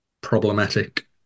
problematic